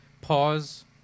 PAUSE